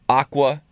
aqua